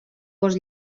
gos